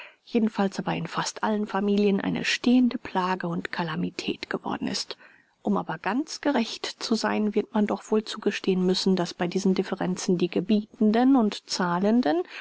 jedenfalls aber in fast allen familien eine stehende plage und calamität geworden ist um aber ganz gerecht zu sein wird man doch wohl zugestehen müssen daß bei diesen differenzen die gebietenden und zahlenden